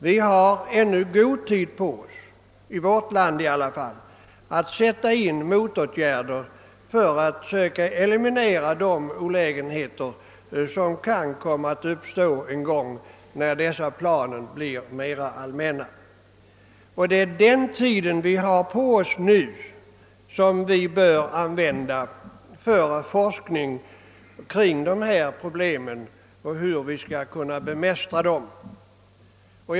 Vi har ännu god tid på oss — i varje fall i vårt eget land — att sätta in motåtgärder för att söka eliminera de nackdelar som kan komma att uppstå när dessa plan en gång blir mer allmänna. Vi bör använda tiden för forskning om hur vi skall kunna bemästra problemen.